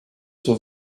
sont